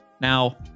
Now